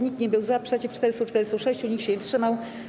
Nikt nie był za, przeciw - 446, nikt się nie wstrzymał.